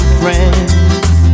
friends